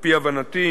על-פי הבנתי,